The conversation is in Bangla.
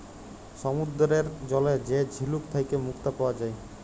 সমুদ্দুরের জলে যে ঝিলুক থ্যাইকে মুক্তা পাউয়া যায়